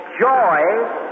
joy